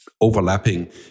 overlapping